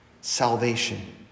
salvation